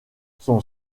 son